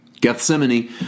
Gethsemane